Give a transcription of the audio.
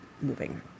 moving